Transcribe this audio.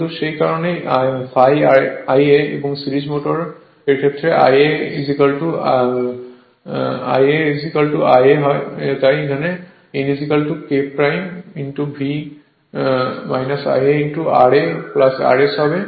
কিন্তু সেই কারণেই ∅ Ia এবং সিরিজ মোটর Ia Ia এর তাই n K V Ia ra RS হবে